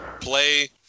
play